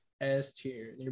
S-tier